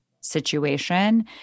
situation